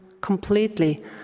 completely